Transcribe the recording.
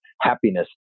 happiness